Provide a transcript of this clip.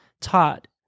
taught